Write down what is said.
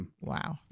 Wow